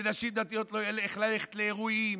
לנשים דתיות לא יהיה איך ללכת לאירועים,